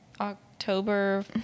October